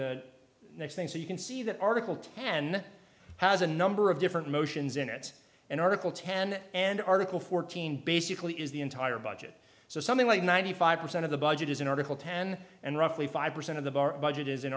the next things you can see that article ten has a number of different motions in it's an article ten and article fourteen basically is the entire budget so something like ninety five percent of the budget is in article ten and roughly five percent of the bar budget is in